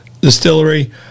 Distillery